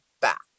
back